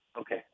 Okay